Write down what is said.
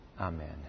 Amen